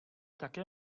také